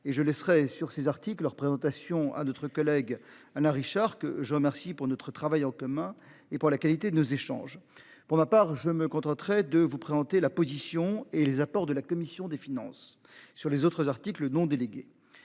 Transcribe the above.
je laisserai sur ces articles leur présentation à d'autres collègues, Alain Richard, que je remercie pour notre travail en commun et pour la qualité de nos échanges. Pour ma part je me contenterai de vous présenter la position et les apports de la commission des finances sur les autres articles non délégué